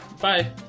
bye